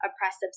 oppressive